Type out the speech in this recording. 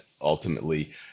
ultimately –